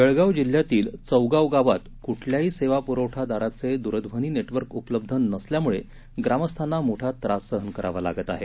जळगाव जिल्ह्यातील चौगाव गावात कुठल्याही सेवा प्रवठादाराचे द्रध्वनी नेटवर्क उपलब्ध नसल्यामुळे ग्रामस्थांना मोठा त्रास सहन करावा लागत आहे